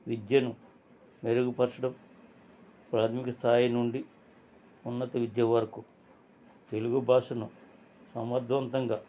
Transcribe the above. విద్యను మెరుగుపరచడం ప్రాథమిక స్థాయి నుండి ఉన్నత విద్య వరకు తెలుగు భాషను సమర్ధవంతంగా